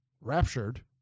raptured